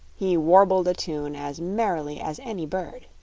he warbled a tune as merrily as any bird.